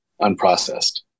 unprocessed